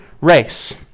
race